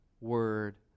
word